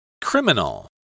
Criminal